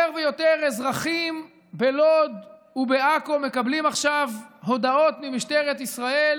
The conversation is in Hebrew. יותר ויותר אזרחים בלוד ובעכו מקבלים עכשיו הודעות ממשטרת ישראל